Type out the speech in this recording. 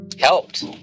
helped